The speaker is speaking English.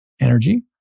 energy